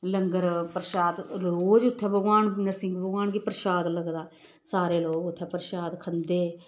लंगर प्रशाद रोज उत्थै भगवान नरसिंह भगवान गी प्रशाद लगदा सारे लोक उत्थै प्रशाद खंदे